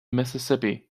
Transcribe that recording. mississippi